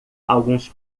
alguns